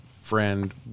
friend